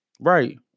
Right